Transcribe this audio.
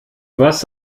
was